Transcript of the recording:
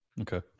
Okay